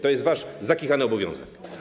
To jest wasz zakichany obowiązek.